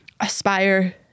Aspire